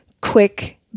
quick